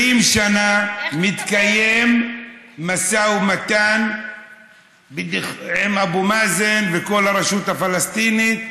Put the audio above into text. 20 שנה מתקיים משא ומתן עם אבו מאזן וכל הרשות הפלסטינית,